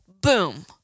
Boom